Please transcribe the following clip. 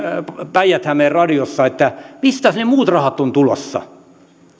päijät hämeen radiossa mistä ne muut rahat ovat tulossa